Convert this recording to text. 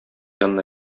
янына